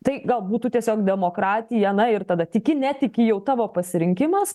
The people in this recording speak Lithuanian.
tai gal būtų tiesiog demokratija na ir tada tiki netiki jau tavo pasirinkimas